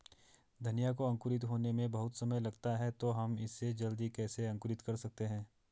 धनिया को अंकुरित होने में बहुत समय लगता है तो हम इसे जल्दी कैसे अंकुरित कर सकते हैं?